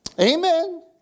Amen